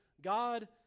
God